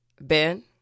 Ben